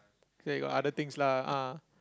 okay got other things lah ah